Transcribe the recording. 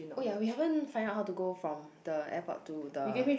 oh ya we haven't find out how to go from the airport to the